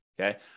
okay